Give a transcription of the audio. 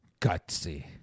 Gutsy